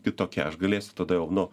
kitokia aš galėsiu tada jau nu